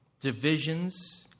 divisions